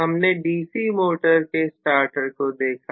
हमने DC motor के starter को देखा